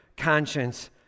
conscience